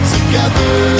Together